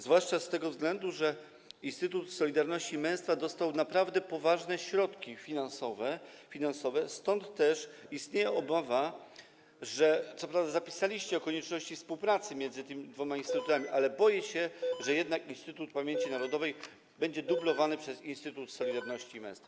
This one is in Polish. Zwłaszcza z tego względu, że Instytut Solidarności i Męstwa dostał naprawdę poważne środki finansowe, stąd też istnieje obawa - co prawda zapisaliście konieczność współpracy między tymi dwoma instytutami, ale boję się tego - że jednak Instytut Pamięci Narodowej będzie dublowany przez Instytut Solidarności i Męstwa.